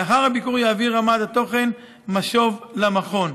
לאחר הביקור יעביר רמ"ד התוכן משוב למכון.